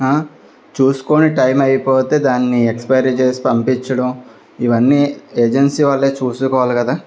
చూసుకుని టైం అయిపోతే దాన్ని ఎక్స్పైరీ చేసి పంపించడం ఇవన్నీ ఏజెన్సీ వాళ్ళే చూసుకోవాలి కదా